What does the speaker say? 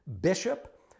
bishop